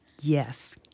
Yes